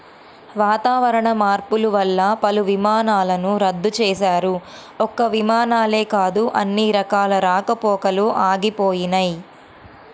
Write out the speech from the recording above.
వాతావరణ మార్పులు వల్ల పలు విమానాలను రద్దు చేశారు, ఒక్క విమానాలే కాదు అన్ని రకాల రాకపోకలూ ఆగిపోయినయ్